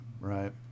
right